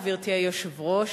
גברתי היושבת-ראש,